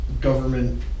government